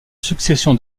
succession